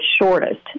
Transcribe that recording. shortest